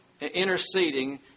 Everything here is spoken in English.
interceding